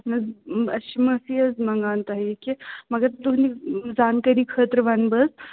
اَہَن حظ أسۍ چھِ معٲفی حظ مَنگان تۄہہِ کہِ مگر تُہٕنٛدِ زانکٲری خٲطرٕ وَنہٕ بہٕ